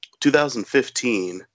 2015